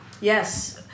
Yes